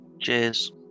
cheers